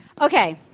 Okay